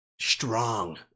Strong